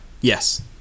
yes